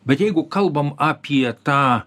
bet jeigu kalbam apie tą